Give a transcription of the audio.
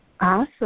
Awesome